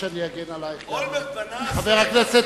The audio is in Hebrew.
אולמרט בנה, חבר הכנסת